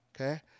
Okay